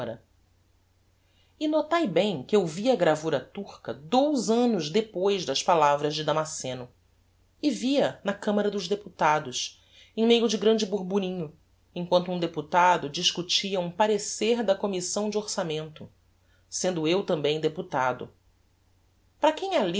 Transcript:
e notai bem que eu vi a gravura turca dous annos depois das palavras de damasceno e vi-a na camara dos deputados em meio de grande borborinho emquanto um deputado discutia um parecer da commissão de orçamento sendo eu tambem deputado para quem ha